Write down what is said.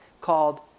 called